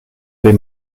des